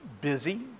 busy